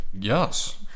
Yes